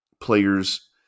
players